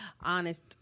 honest